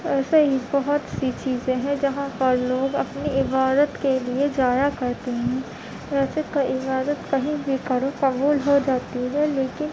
ایسے ہی بہت سی چیزیں ہیں جہاں پر لوگ اپنی عبادت کے لیے جایا کرتے ہیں ویسے تو عبادت کہیں بھی کرو قبول ہو جاتی ہے لیکن